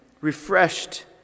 refreshed